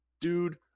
dude